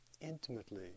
intimately